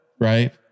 Right